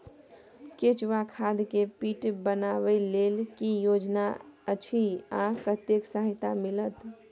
केचुआ खाद के पीट बनाबै लेल की योजना अछि आ कतेक सहायता मिलत?